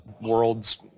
world's